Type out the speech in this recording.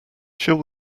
shall